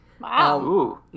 wow